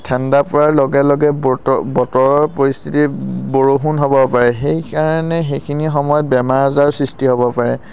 ঠাণ্ডা পৰাৰ লগে লগে বতৰ বতৰৰ পৰিস্থিতি বৰষুণ হ'ব পাৰে সেইকাৰণে সেইখিনি সময়ত বেমাৰ আজাৰ সৃষ্টি হ'ব পাৰে